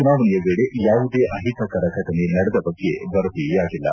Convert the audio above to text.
ಚುನಾವಣೆಯ ವೇಳೆ ಯಾವುದೇ ಅಹಿತಕರ ಫಟನೆ ನಡೆದ ಬಗ್ಗೆ ವರದಿಯಾಗಿಲ್ಲ